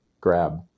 grab